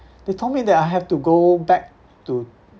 they told me that I have to go back to